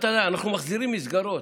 אנחנו מחזירים מסגרות,